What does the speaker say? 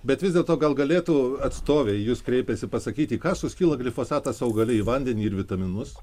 bet vis dėlto gal galėtų atstovė į jus kreipiasi pasakyti į ką suskyla glifosatas augale į vandenį ir vitaminus